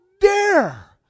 dare